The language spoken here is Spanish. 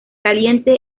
caliente